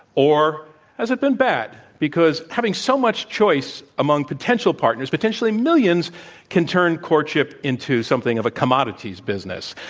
or has it been bad? because having so much choice among potential partners potentially millions can turn courtship into something of a commodities business.